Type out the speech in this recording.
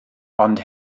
ond